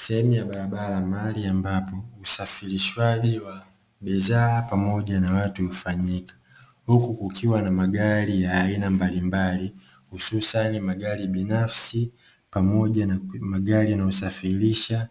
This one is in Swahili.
Sehemu ya barabara mahali ambapo usafirishwaji wa bidhaa pamoja na watu hufanyika. Huku kukiwa na magari ya aina mbalimbali hususani magari binafsi pamoja na magari yanayosafirirsha